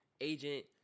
agent